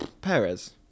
Perez